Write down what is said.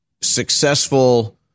successful